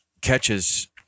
catches